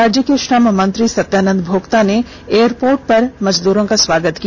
राज्य के श्रम मंत्री सत्यानंद भोक्ता ने एयरपोर्ट पर मजदूरो का स्वागत किया